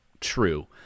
true